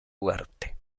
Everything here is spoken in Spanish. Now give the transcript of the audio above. ugarte